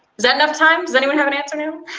is that enough time? does anyone have an answer?